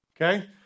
okay